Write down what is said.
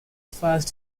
first